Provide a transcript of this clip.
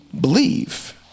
believe